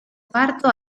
quarto